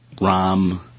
Rom